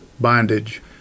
bondage